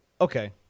Okay